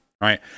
right